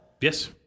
Yes